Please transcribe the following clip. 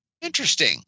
Interesting